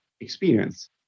experience